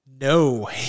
No